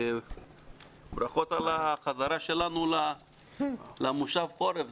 ברכות על החזרה שלנו למושב חורף.